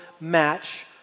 match